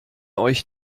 euch